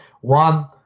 One